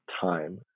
time